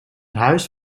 huis